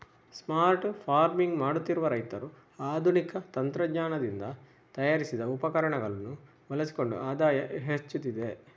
smart farming ಮಾಡುತ್ತಿರುವ ರೈತರು ಆಧುನಿಕ ತಂತ್ರಜ್ಞಾನದಿಂದ ತಯಾರಿಸಿದ ಉಪಕರಣಗಳನ್ನು ಬಳಸಿಕೊಂಡು ಆದಾಯ ಹೆಚ್ಚುತ್ತಿದೆ